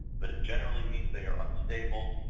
but it generally means they are unstable,